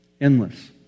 Endless